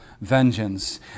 vengeance